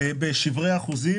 בשברי אחוזים.